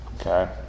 Okay